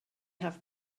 have